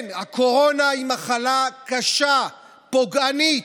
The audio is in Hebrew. כן, הקורונה היא מחלה קשה, פוגענית.